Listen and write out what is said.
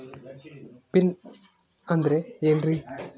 Pin ಅಂದ್ರೆ ಏನ್ರಿ?